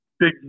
big